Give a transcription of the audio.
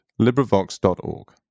LibriVox.org